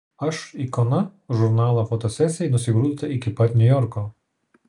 aš ikona žurnalo fotosesijai nusigrūdote iki pat niujorko